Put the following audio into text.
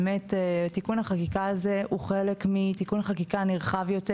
באמת תיקון החקיקה הזה הוא חלק מתיקון חקיקה נרחב יותר